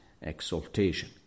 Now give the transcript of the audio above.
exaltation